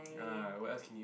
uh what else can you see